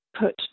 put